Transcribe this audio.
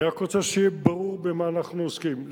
אני רק רוצה שיהיה ברור במה אנחנו עוסקים.